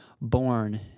born